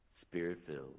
spirit-filled